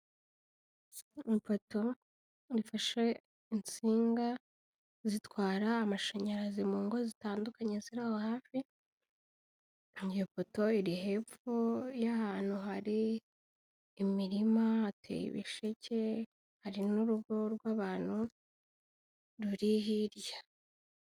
Ipoto ifashe insinga zitwara amashanyarazi mu ngo zitandukanye ziri aho hafi, iyo poto iri hepfo y'ahantu hari imirima hateye ibisheke hari n'urugo rw'abantu ruri hirya.